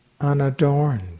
unadorned